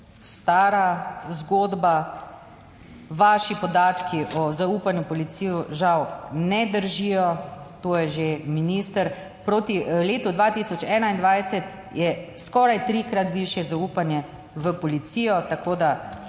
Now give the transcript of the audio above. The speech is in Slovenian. stara zgodba. Vaši podatki o zaupanju v policijo žal ne držijo. To je že minister, proti letu 2021 je skoraj trikrat višje zaupanje v policijo, tako da